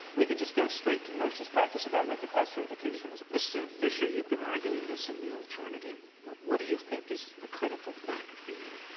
we could just go straight to motions practice about whether class certification was sotomayor mr. fisher, you've been arguing this in the alternative, but what do you think is the critical fact for you?